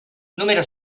número